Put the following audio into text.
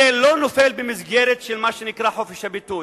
זה לא נופל במסגרת מה שנקרא "חופש הביטוי".